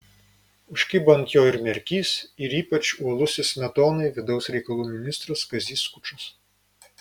užkibo ant jo ir merkys ir ypač uolusis smetonai vidaus reikalų ministras kazys skučas